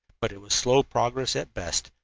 but it was slow progress at best,